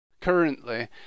currently